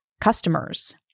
customers